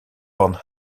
van